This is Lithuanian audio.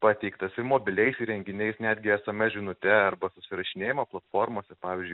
pateiktas ir mobiliais įrenginiais netgi esemes žinute arba susirašinėjimo platformose pavyzdžiui